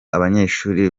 abanyeshuri